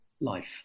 life